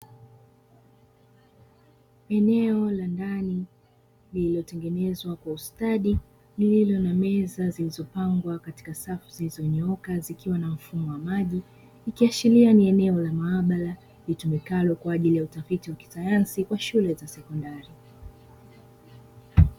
Eneo la ndani lililotengenezwa kwa ustadi lililo na meza zilizopangwa katika safu zilizonyooka zikiwa na mfumo wa maji, ikiashiria ni eneo la maabara litumikalo kwa ajili ya utafiti wa kisayansi kwa shule za sekondari.